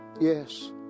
Yes